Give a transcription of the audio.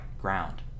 ground